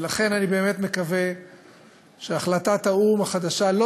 ולכן אני באמת מקווה שהחלטת האו"ם החדשה לא